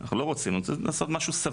אנחנו לא רוצים את זה, אנחנו רוצים משהו סביר.